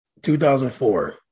2004